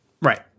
Right